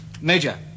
Major